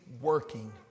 working